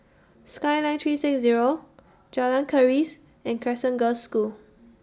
Skyline three six Zero Jalan Keris and Crescent Girls' School